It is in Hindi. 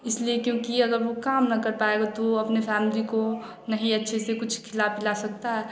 इसलिए क्योंकि अगर वह काम न कर पाएगा तो वह अपने फैमली को नहीं अच्छे से कुछ खिला पिला सकता है